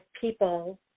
people